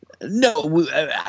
No